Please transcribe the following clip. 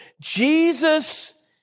Jesus